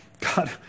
God